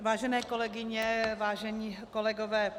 Vážené kolegyně, vážení kolegové.